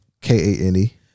k-a-n-e